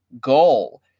goal